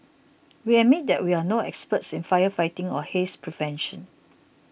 we admit that we are no experts in firefighting or haze prevention